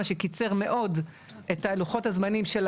מה שקיר מאוד את לוחות הזמנים של